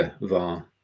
war